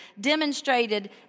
demonstrated